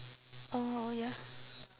oh ya